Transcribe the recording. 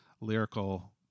lyrical